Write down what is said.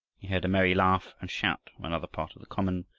he heard a merry laugh and shout from another part of the common,